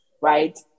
right